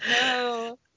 No